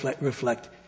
reflect